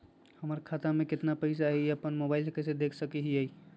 हमर खाता में केतना पैसा हई, ई अपन मोबाईल में कैसे देख सके हियई?